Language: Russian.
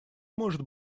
может